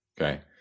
Okay